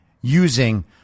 using